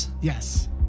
yes